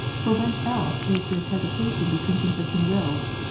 for whence else is this hesita tion between conflicting wills?